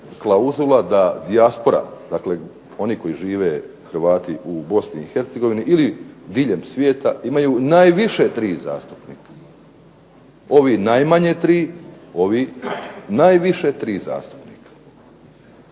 klauzula da dijaspora, dakle oni koji žive Hrvati u Bosni i Hercegovini, ili diljem svijeta imaju najviše tri zastupnika, ovi najmanje tri, ovi najviše tri zastupnika.